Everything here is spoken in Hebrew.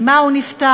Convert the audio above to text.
ממה הוא נפטר,